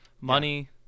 Money